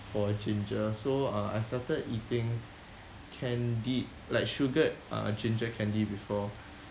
for ginger so uh I started eating candied like sugared uh ginger candy before